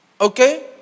Okay